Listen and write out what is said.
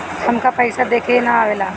हमका पइसा देखे ना आवेला?